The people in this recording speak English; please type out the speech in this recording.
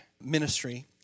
ministry